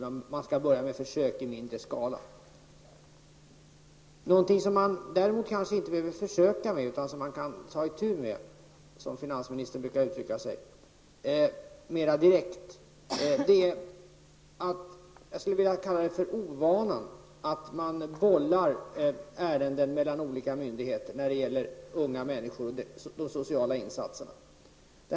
Det gäller dock att börja med försök i mindre skala. Någonting som vi däremot kan ta itu med direkt, som finansministern brukar uttrycka sig, är det som jag vill kalla för ovanan att bolla ärenden mellan olika myndigheter. I detta fall gäller det sociala insatser för unga människor.